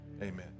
Amen